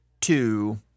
two